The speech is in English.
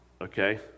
okay